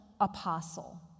apostle